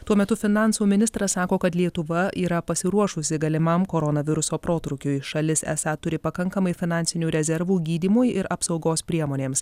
tuo metu finansų ministras sako kad lietuva yra pasiruošusi galimam koronaviruso protrūkiui šalis esą turi pakankamai finansinių rezervų gydymui ir apsaugos priemonėms